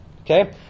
Okay